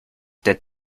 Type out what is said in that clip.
did